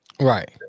Right